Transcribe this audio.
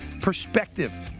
perspective